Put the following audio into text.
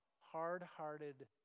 hard-hearted